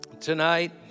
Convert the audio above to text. tonight